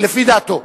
לפי דעתו.